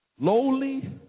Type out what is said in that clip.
lowly